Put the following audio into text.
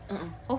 a'ah